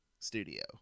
studio